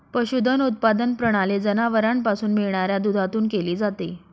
पशुधन उत्पादन प्रणाली जनावरांपासून मिळणाऱ्या दुधातून केली जाते